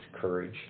courage